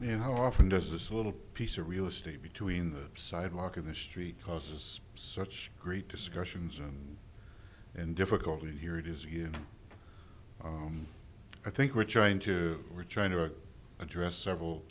and how often does this little piece of real estate between the sidewalk in this street cause such great discussions and in difficulty here it is here and i think we're trying to we're trying to address several